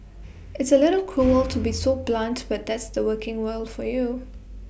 it's A little cruel to be so blunt but that's the working world for you